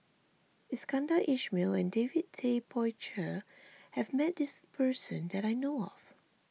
Iskandar Ismail and David Tay Poey Cher has met this person that I know of